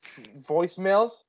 voicemails